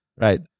right